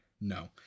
No